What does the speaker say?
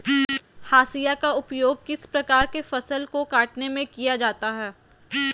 हाशिया का उपयोग किस प्रकार के फसल को कटने में किया जाता है?